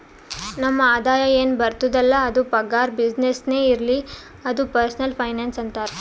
ನಮ್ ಆದಾಯ ಎನ್ ಬರ್ತುದ್ ಅಲ್ಲ ಅದು ಪಗಾರ, ಬಿಸಿನ್ನೆಸ್ನೇ ಇರ್ಲಿ ಅದು ಪರ್ಸನಲ್ ಫೈನಾನ್ಸ್ ಅಂತಾರ್